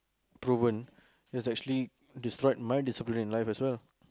proven is actually destroyed my discipline in life as well